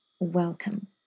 welcome